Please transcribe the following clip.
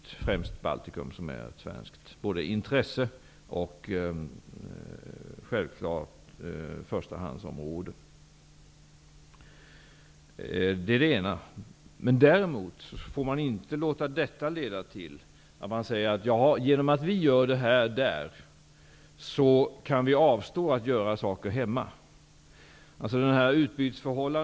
Det gäller främst Baltikum, som är ett förstahandsområde för svenskt intresse. Men man får inte låta detta leda till uttalanden som: I och med att vi vidtar dessa åtgärder där, kan vi avstå från att göra något hemma.